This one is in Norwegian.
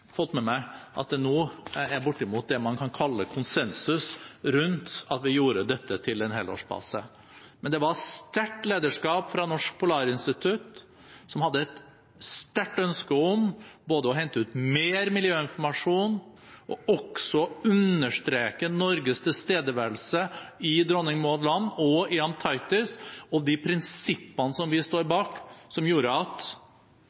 fått med meg at det nå er bortimot det man kan kalle konsensus rundt at vi gjorde dette til en helårsbase. Det var sterkt lederskap fra Norsk Polarinstitutt, som hadde et sterkt ønske om både å hente ut mer miljøinformasjon og å understreke Norges tilstedeværelse i Dronning Maud land og Antarktis og de prinsippene som vi står bak, som gjorde at